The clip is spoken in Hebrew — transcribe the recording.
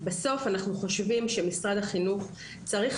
בסוף אנחנו חושבים שמשרד החינוך צריך